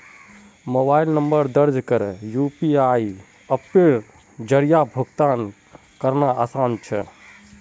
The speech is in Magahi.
मोबाइल नंबर दर्ज करे यू.पी.आई अप्पेर जरिया भुगतान करना आसान छे